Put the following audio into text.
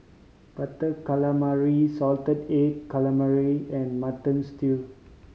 Butter Calamari salted egg calamari and Mutton Stew